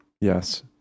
yes